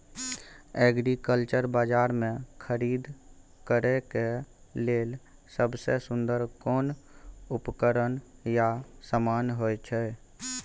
Agriculture बाजार में खरीद करे के लेल सबसे सुन्दर कोन उपकरण या समान होय छै?